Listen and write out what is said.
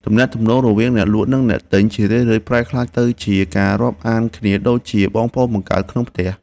ទំនាក់ទំនងរវាងអ្នកលក់និងអ្នកទិញជារឿយៗប្រែក្លាយទៅជាការរាប់អានគ្នាដូចជាបងប្អូនបង្កើតក្នុងផ្ទះ។